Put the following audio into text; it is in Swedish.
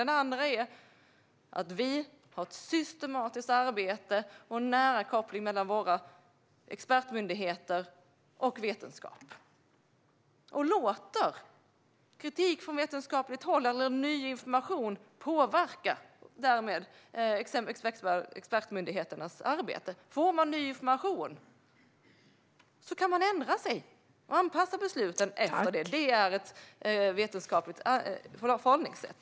Den andra är att vi har ett systematiskt arbete och en nära koppling mellan våra expertmyndigheter och vetenskap och låter kritik från vetenskapligt håll eller ny information påverka expertmyndigheternas arbete. Om man får ny information kan man ändra sig och anpassa besluten efter det. Detta är ett vetenskapligt förhållningssätt.